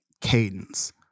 cadence